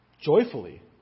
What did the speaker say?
joyfully